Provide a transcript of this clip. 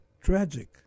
tragic